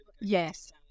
yes